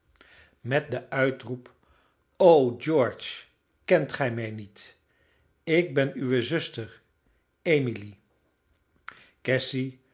met den uitroep o george kent ge mij niet ik ben uwe zuster emily cassy